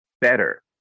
better